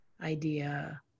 idea